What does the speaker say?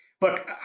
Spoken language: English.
look